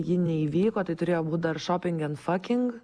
ji neįvyko tai turėjo būt dar šoping end faking